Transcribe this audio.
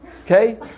Okay